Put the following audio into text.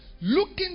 Looking